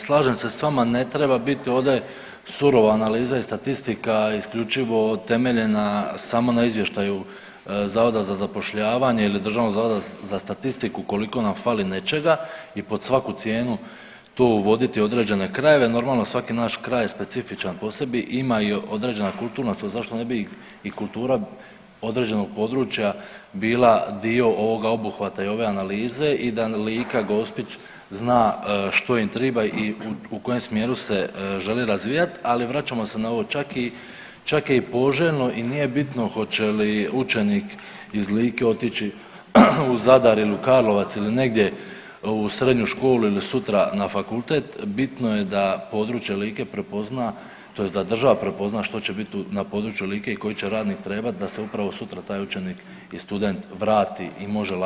Slažem se sa vama ne treba biti ovdje surova analiza i statistika isključivo temeljena samo na izvještaju Zavoda za zapošljavanje ili Državnog zavoda za statistiku koliko nam fali nečega i pod svaku cijenu tu uvoditi određene krajeve, normalno svaki naš kraj je specifičan po sebi, ima i određena kulturna, zašto ne bi i kultura određenog područja bila dio ovoga obuhvata i ove analize i da i Lika i Gospić zna što im triba i u kojem smjeru se želi razvijat, ali vraćamo se na ovo, čak i, čak je i poželjno i nije bitno hoće li učenik iz Like otići u Zadar ili u Karlovac ili negdje u srednju školu ili sutra na fakultet, bitno je da područje Like prepozna tj. da država prepozna što će bit na području Like i koji će radnik trebat da se upravo sutra taj učenik i student vrati i može lako nać posao u Lici.